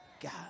God